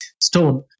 stone